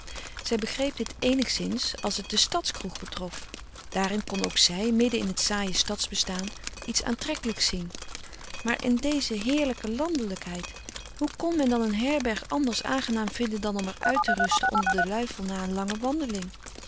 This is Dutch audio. zij begreep dit eenigszins als het de stadskroeg betrof daarin kon ook zij midden in het saaie stadsbestaan iets aantrekkelijks zien maar in deze heerlijke landefrederik van eeden van de koele meren des doods lijkheid hoe kon men dan een herberg anders aangenaam vinden dan om er uit te rusten onder de luifel na een lange wandeling